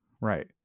Right